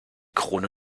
krone